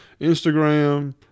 Instagram